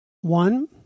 One